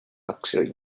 luxury